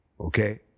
okay